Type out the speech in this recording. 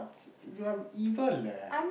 you're evil leh